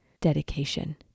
dedication